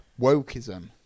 wokeism